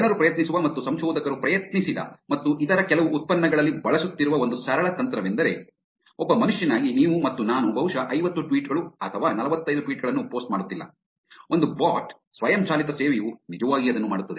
ಜನರು ಪ್ರಯತ್ನಿಸುವ ಮತ್ತು ಸಂಶೋಧಕರು ಪ್ರಯತ್ನಿಸಿದ ಮತ್ತು ಇತರ ಕೆಲವು ಉತ್ಪನ್ನಗಳಲ್ಲಿ ಬಳಸುತ್ತಿರುವ ಒಂದು ಸರಳ ತಂತ್ರವೆಂದರೆ ಒಬ್ಬ ಮನುಷ್ಯನಾಗಿ ನೀವು ಮತ್ತು ನಾನು ಬಹುಶಃ ಐವತ್ತು ಟ್ವೀಟ್ ಗಳು ಅಥವಾ ನಲವತ್ತೈದು ಟ್ವೀಟ್ ಗಳನ್ನು ಪೋಸ್ಟ್ ಮಾಡುತ್ತಿಲ್ಲ ಒಂದು ಬೋಟ್ ಸ್ವಯಂಚಾಲಿತ ಸೇವೆಯು ನಿಜವಾಗಿ ಅದನ್ನು ಮಾಡುತ್ತದೆ